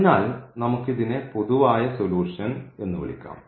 അതിനാൽ നമുക്ക് ഇതിനെ പൊതുവായ സൊലൂഷൻ എന്ന് വിളിക്കാം